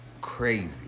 crazy